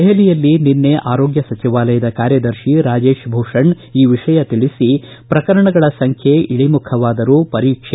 ದೆಪಲಿಯಲ್ಲಿ ನಿಸ್ಟೆ ಆರೋಗ್ಯ ಸಚಿವಾಲಯದ ಕಾರ್ಯದರ್ತಿ ರಾಜೇಶ್ ಭೂಷಣ್ ಈ ವಿಷಯ ತಿಳಿಸಿ ಪ್ರಕರಣಗಳ ಸಂಖ್ಯೆ ಇಳಮುಖವಾದರೂ ಪರೀಕ್ಷೆ